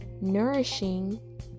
nourishing